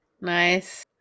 nice